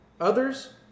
others